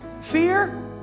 fear